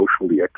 socially